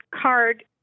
card